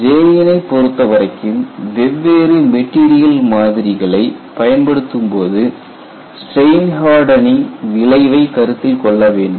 J யினை பொருத்தவரைக்கும் வெவ்வேறு மெட்டீரியல் மாதிரிகளை பயன்படுத்தும்போது ஸ்ட்ரெயின் ஹர்டனிங் விளைவை கருத்தில் கொள்ள வேண்டும்